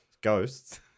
ghosts